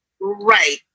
right